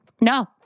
No